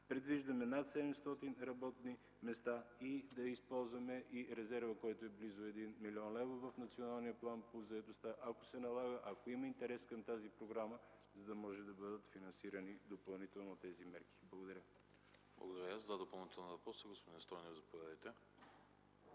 Предвиждаме над 700 работни места и ще използваме и резерва, който е близо 1 млн. лв. в Националния план по заетостта, ако се налага, ако има интерес към тази програма, за да могат да бъдат финансирани допълнително тези мерки. Благодаря. ПРЕДСЕДАТЕЛ АНАСТАС АНАСТАСОВ: Благодаря. Господин Стойнев, заповядайте